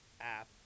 app